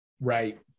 Right